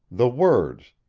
the words,